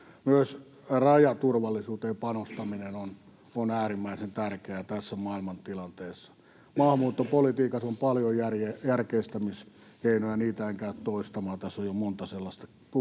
Myös rajaturvallisuuteen panostaminen on äärimmäisen tärkeää tässä maailmantilanteessa. Maahanmuuttopolitiikassa on paljon järkeistämiskeinoja. Niitä en käy toistamaan, tässä on jo monta sellaista puhuttu.